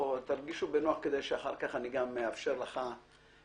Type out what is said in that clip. לאורחת המכובדת שלנו מנכ"לית משרד התחבורה.